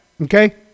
Okay